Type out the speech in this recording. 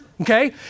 okay